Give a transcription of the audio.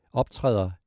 optræder